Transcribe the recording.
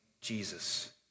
Jesus